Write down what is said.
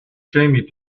jamie